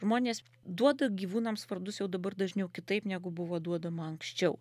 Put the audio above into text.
žmonės duoda gyvūnams vardus jau dabar dažniau kitaip negu buvo duodama anksčiau